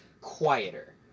quieter